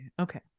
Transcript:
Okay